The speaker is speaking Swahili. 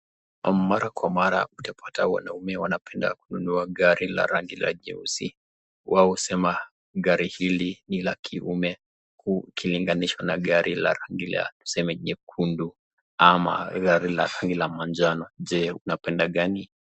Mara kwa mara utapata wanaume wanapenda kunua gari la rangi jeusi. Wao husema, gai hili ni la kiume ukilinganisha na gari la rangi ya tuseme nyekundu ama gari la rangi ya manjano. Je unapenda gani?